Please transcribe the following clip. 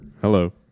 Hello